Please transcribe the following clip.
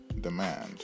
demand